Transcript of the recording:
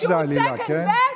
שהוא second best?